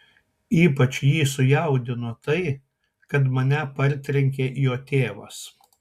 ypač jį sujaudino tai kad mane partrenkė jo tėvas